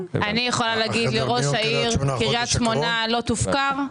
אני יכולה להגיד לראש העיר קריית שמונה שהוא לא יופקר,